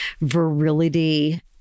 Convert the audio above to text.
virility